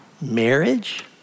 marriage